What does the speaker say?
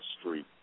Street